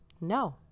no